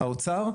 האוצר,